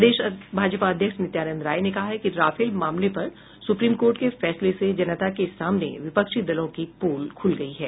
प्रदेश भाजपा अध्यक्ष नित्यानंद राय ने कहा है कि राफेल मामले पर सुप्रीम कोर्ट के फैसले से जनता के सामने विपक्षी दलों की पोल खुल गयी है